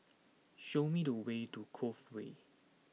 show me the way to Cove Way